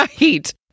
right